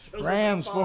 Rams